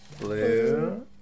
Blue